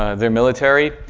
ah their military.